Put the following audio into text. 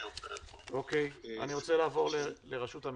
אני רוצה לעבור לרשות המיסים.